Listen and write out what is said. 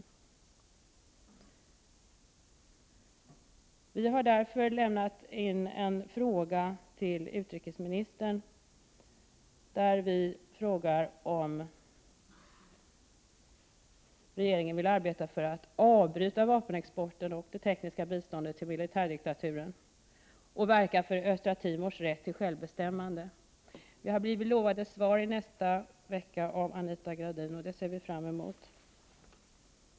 Miljöpartiet har därför ställt en fråga till utrikesministern, om regeringen vill arbeta för att avbryta vapenexporten och det tekniska biståndet till militärdiktaturen och verka för Östra Timors rätt till självbestämmande. Vi har blivit lovade svar i nästa vecka av Anita Gradin, och det ser vi fram mot.